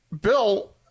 Bill